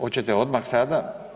Oćete odmah sada?